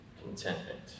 contentment